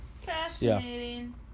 Fascinating